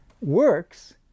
works